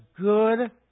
good